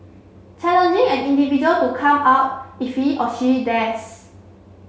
challenging an individual to come out if he or she dares